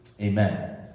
Amen